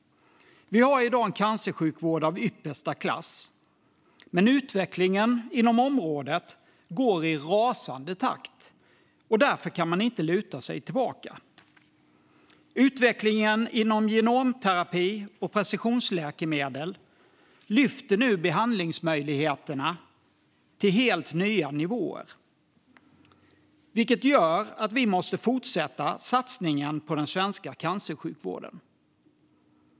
Vi har i dag en cancersjukvård av yppersta klass. Men utvecklingen inom området går i rasande takt, och därför kan man inte luta sig tillbaka. Utvecklingen inom genterapi och precisionsläkemedel lyfter nu behandlingsmöjligheterna till helt nya nivåer, vilket gör att vi måste fortsätta satsningen på den svenska cancersjukvården.